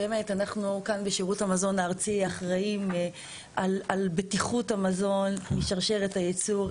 אנחנו כאן בשירות המזון הארצי אחראים על בטיחות המזון משרשרת הייצור.